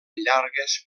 llargues